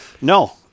No